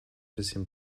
bisschen